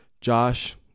Josh